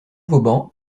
vauban